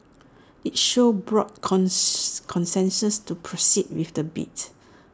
IT showed broad consensus to proceed with the bid